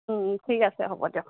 ঠিক আছে হ'ব দিয়ক